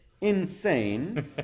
insane